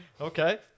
Okay